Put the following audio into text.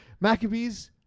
Maccabees